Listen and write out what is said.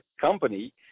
company